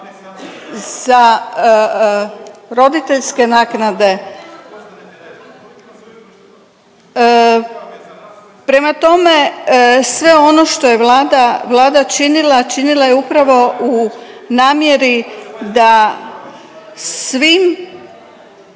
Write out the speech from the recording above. za roditeljske naknade. Prema tome, sve ono što je Vlada činila, činila je upravo u namjeri da svim,